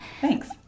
Thanks